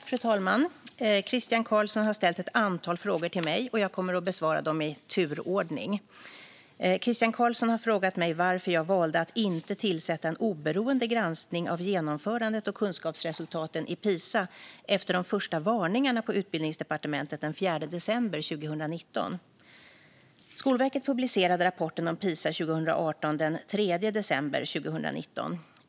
Fru talman! Christian Carlsson har ställt ett antal frågor till mig. Jag kommer att besvara dem i turordning. Christian Carlsson har frågat mig varför jag valde att inte tillsätta en oberoende granskning av genomförandet och kunskapsresultaten i Pisa efter de första varningarna på Utbildningsdepartementet den 4 december 2019. Skolverket publicerade rapporten om Pisa 2018 den 3 december 2019.